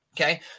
Okay